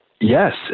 Yes